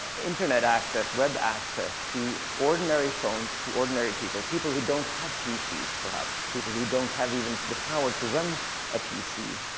internet access, web access, to ordinary phones, to ordinary people. people who don't have pcs, perhaps. people who don't have even the power to run a pc.